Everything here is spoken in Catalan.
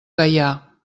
gaià